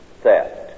Theft